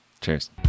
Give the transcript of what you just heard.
Cheers